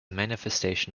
manifestation